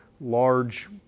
large